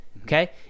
Okay